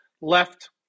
left